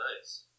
Nice